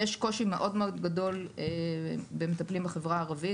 יש קושי מאוד גדול במטפלים בחברה הערבית.